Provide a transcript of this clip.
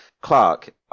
Clark